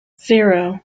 zero